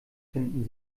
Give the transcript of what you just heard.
finden